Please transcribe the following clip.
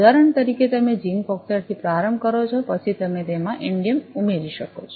ઉદાહરણ તરીકે તમે ઝિંક ઑકસાઈડથી પ્રારંભ કરો છો પછી તમે તેમાં ઈન્ડિયમ ઉમેરી શકો છો